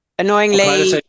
annoyingly